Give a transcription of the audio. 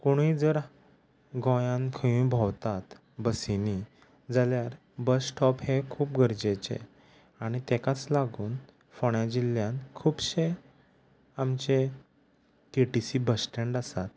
कोणूय जर गोंयान खंयीय भोंवतात बसींनी जाल्यार बस स्टॉप हें खूब गरजेचें आनी ताकाच लागून फोणे जिल्ल्यान खुबशे आमचे K T C bus stand आसात